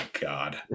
God